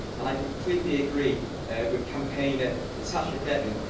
and i completely agree with campaigner natasha devon,